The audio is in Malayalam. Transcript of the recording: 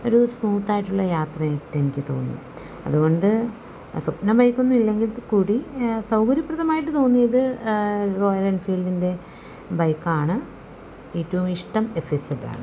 ഒരു സ്മൂത്തായിട്ടുള്ള യാത്രയായിട്ട് എനിക്ക് തോന്നി അതുകൊണ്ട് സ്വപ്ന ബൈക്കൊന്നും ഇല്ലെങ്കിൽ കൂടി സൗകര്യപ്രദമായിട്ട് തോന്നിയത് റോയൽ എൻഫീൽഡിൻ്റെ ബൈക്കാണ് ഏറ്റവും ഇഷ്ടം എഫ് അസെഡാണ്